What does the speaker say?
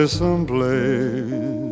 someplace